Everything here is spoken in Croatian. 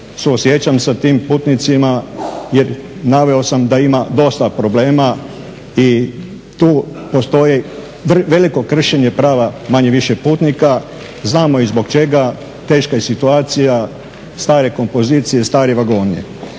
suosjećam sa tim putnicima jer naveo sam da ima dosta problema i tu postoji veliko kršenje prava, manje-više putnika, znamo i zbog čega, teška je situacija, stare kompozicije, stari vagoni.